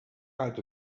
out